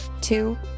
two